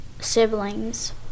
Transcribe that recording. siblings